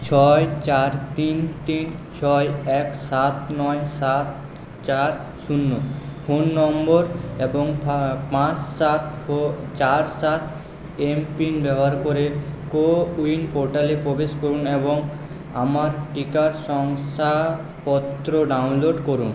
ছয় চার তিন তিন ছয় এক সাত নয় সাত চার শূন্য ফোন নম্বর এবং পাঁচ সাত চার সাত এমপিন ব্যবহার করে কোউইন পোর্টালে প্রবেশ করুন এবং আমার টিকার শংসাপত্র ডাউনলোড করুন